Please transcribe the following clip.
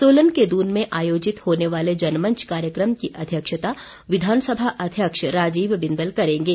सोलन के दून में आयोजित होनें वालें जनमंच कार्यक्रम की अध्यक्षता विधानसभा अध्यक्ष राजीव बिंदल करेंगे